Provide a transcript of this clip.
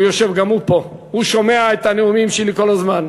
הוא יושב פה, הוא שומע את הנאומים שלי כל הזמן,